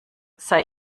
sei